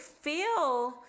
feel